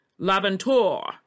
Laventure